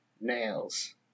nails